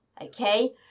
okay